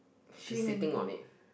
she sitting on it